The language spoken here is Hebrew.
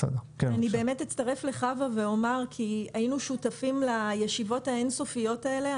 אני אצטרף לדבריה של חוה כי היינו שותפים לישיבות האין סופיות האלה.